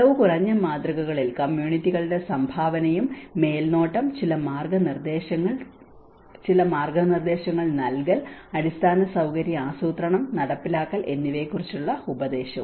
ചെലവ് കുറഞ്ഞ മാതൃകകളിൽ കമ്മ്യൂണിറ്റികളുടെ സംഭാവനയും മേൽനോട്ടം ചില മാർഗ്ഗനിർദ്ദേശങ്ങൾ ചില മാർഗ്ഗനിർദ്ദേശങ്ങൾ നൽകൽ അടിസ്ഥാന സൌകര്യ ആസൂത്രണം നടപ്പാക്കൽ എന്നിവയെക്കുറിച്ചുള്ള ഉപദേശവും